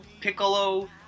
Piccolo